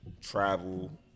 Travel